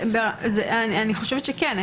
אני חושבת שכן.